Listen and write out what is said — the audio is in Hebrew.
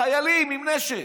חיילים עם נשק,